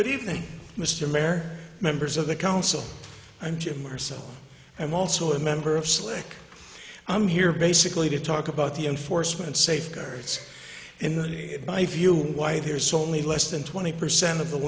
good evening mr mair members of the council i'm jim or so i'm also a member of slick i'm here basically to talk about the enforcement safeguards in my view why there's so many less than twenty percent of the